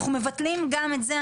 אנחנו מבטלים גם את זה.